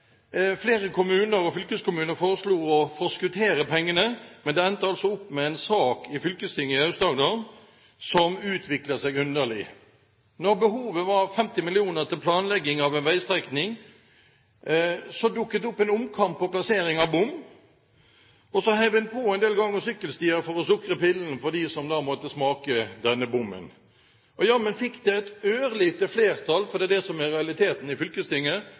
Flere kommuner og fylkeskommuner foreslo å forskuttere pengene, men det endte opp med en sak i fylkestinget i Aust-Agder som utviklet seg underlig. Da behovet var 50 mill. kr til planlegging av en veistrekning, dukket det opp en omkamp om plassering av bom. Så hev en på en del gang- og sykkelstier for å sukre pillen for dem som måtte smake kostnadene ved denne bommen. Jammen fikk det et ørlite flertall – det er det som er realiteten – i fylkestinget.